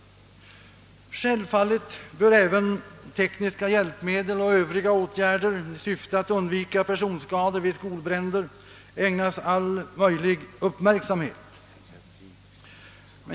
Självfallet bör även tekniska hjälpmedel och övriga åtgärder i syfte att undvika personskador vid skolbränder ägnas all möjlig uppmärksamhet.